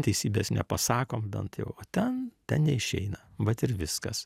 teisybės nepasakom bent jau o ten ten neišeina vat ir viskas